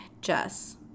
jess